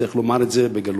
צריך לומר את זה בגלוי.